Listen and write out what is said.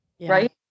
Right